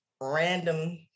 random